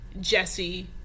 Jesse